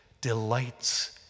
delights